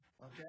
Okay